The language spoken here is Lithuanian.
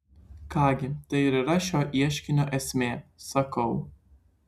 ką gi tai ir yra šio ieškinio esmė sakau